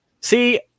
See –